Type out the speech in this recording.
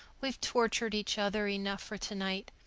we've tortured each other enough for tonight.